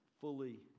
fully